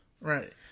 Right